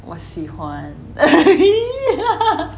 我喜欢